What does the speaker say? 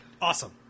Awesome